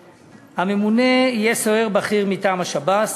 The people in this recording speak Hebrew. הממונה יהיה סוהר בכיר מטעם שב"ס,